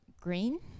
Green